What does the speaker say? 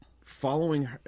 following